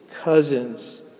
cousins